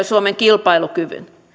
suomen kilpailukyvyn